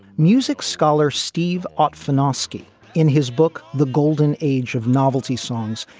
music scholar steve often ascii in his book the golden age of novelty songs,